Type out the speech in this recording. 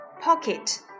pocket